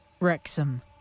Wrexham